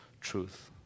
truth